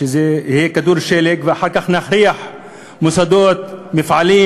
שזה יהיה כדור שלג ואחר כך נכריח מוסדות ומפעלים